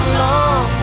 long